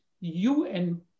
UN